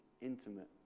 intimate